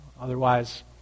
Otherwise